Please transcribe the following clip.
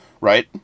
right